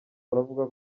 baravuga